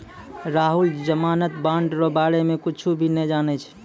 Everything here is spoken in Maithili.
राहुल जमानत बॉन्ड रो बारे मे कुच्छ भी नै जानै छै